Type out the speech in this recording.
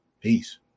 Peace